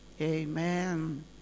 amen